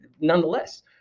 Nonetheless